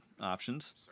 options